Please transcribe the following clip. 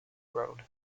road